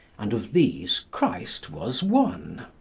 and of these christ was one.